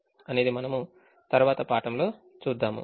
అనేది మనము తరువాత పాఠములో చూద్దాము